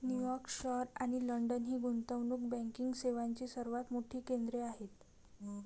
New York शहर आणि London ही गुंतवणूक बँकिंग सेवांची सर्वात मोठी केंद्रे आहेत